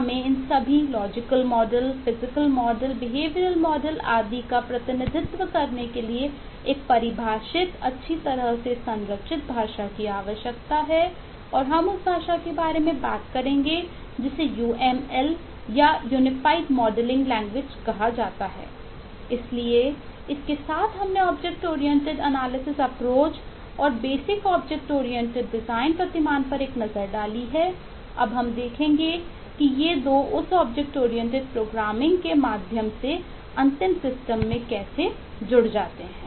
हमें इन सभी लॉजिकल मॉडल के माध्यम से अंतिम सिस्टम में कैसे जुड़ जाते हैं